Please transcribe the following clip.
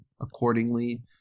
accordingly